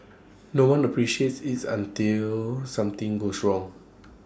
no one appreciates it's until something goes wrong